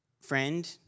friend